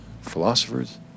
philosophers